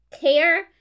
care